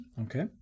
okay